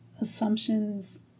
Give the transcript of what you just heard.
assumptions